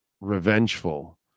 revengeful